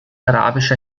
arabischer